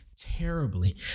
terribly